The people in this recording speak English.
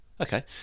okay